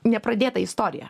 nepradėtą istoriją